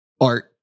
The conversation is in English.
art